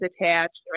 attached